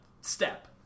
step